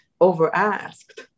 over-asked